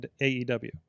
AEW